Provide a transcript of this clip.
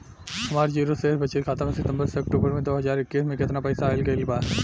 हमार जीरो शेष बचत खाता में सितंबर से अक्तूबर में दो हज़ार इक्कीस में केतना पइसा आइल गइल बा?